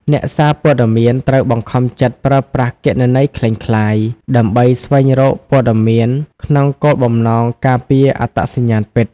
អ្នកសារព័ត៌មានត្រូវបង្ខំចិត្តប្រើប្រាស់គណនីក្លែងក្លាយ ដើម្បីស្វែងរកព័ត៌មានក្នុងគោលបំណងការពារអត្តសញ្ញាណពិត។